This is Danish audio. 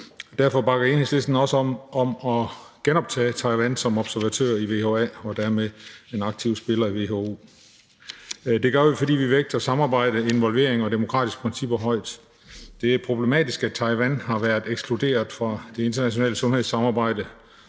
Derfor bakker Enhedslisten også op om at genoptage Taiwan som observatør i WHA og dermed som aktiv spiller i WHO. Det gør vi, fordi vi vægter samarbejde, involvering og demokratiske principper højt. Det er problematisk, at Taiwan har været ekskluderet fra det internationale sundhedssamarbejde